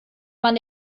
man